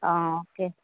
ஆ okay